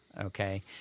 okay